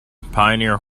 pioneer